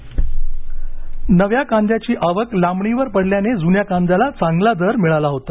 कांदा नव्या कांद्याची आवक लांबणीवर पडल्याने जुन्या कांद्याला चांगला दर मिळाला होता